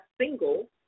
single